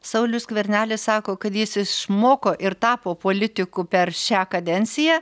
saulius skvernelis sako kad jis išmoko ir tapo politiku per šią kadenciją